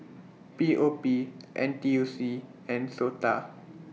P O P N T U C and Sota